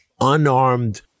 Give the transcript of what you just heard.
unarmed